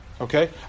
Okay